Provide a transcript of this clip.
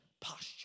posture